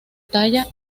talla